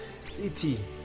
City